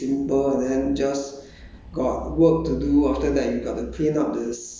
um yeah so ate simple and then just